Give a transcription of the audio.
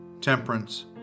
temperance